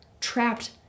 trapped